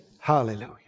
Hallelujah